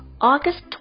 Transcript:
August